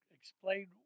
explain